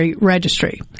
registry